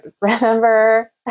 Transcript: remember